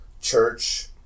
church